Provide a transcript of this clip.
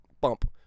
bump